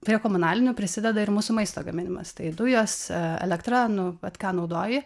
prie komunalinių prisideda ir mūsų maisto gaminimas tai dujos elektra nu vat ką naudoji